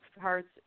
parts